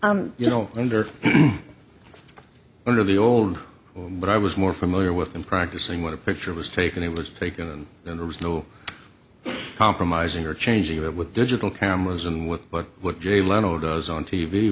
fact you know under under the old but i was more familiar with them practicing what a picture was taken it was fake and then there was no compromising or changing it with digital cameras and what but what jay leno does on t